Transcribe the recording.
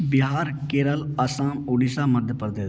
Bihar Kerala Assam Odisha Madhya Pradesh